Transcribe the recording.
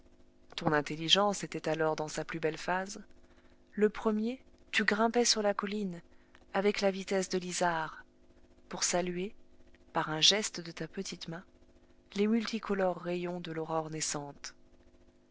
le premier tu grimpais sur la colline avec la vitesse de l'isard pour saluer par un geste de ta petite main les multicolores rayons de l'aurore naissante